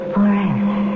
Forever